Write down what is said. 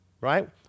Right